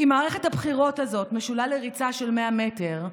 אם מערכת הבחירות הזאת משולה לריצה של 100 מטר,